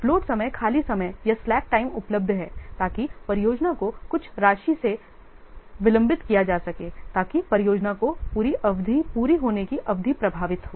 float समय खाली समय या स्लैक टाइम उपलब्ध है ताकि परियोजना को कुछ राशि से विलंबित किया जा सके ताकि परियोजना की पूरी अवधि पूरी होने की अवधि प्रभावित हो